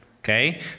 okay